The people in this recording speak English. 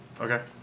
Okay